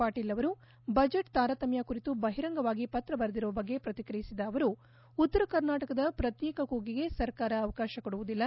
ಪಾಟೀಲ್ ಅವರು ಬಜೆಟ್ ತಾರತಮ್ಯ ಕುರಿತು ಬಹಿರಂಗವಾಗಿ ಪತ್ರ ಬರೆದಿರುವ ಬಗ್ಗೆ ಪ್ರತಿಕ್ರಿಯಿಸಿದ ಅವರು ಉತ್ತರ ಕರ್ನಾಟಕದ ಪತ್ನೇಕ ಕೂಗಿಗೆ ಸರ್ಕಾರ ಅವಕಾಶ ಕೊಡುವುದಿಲ್ಲ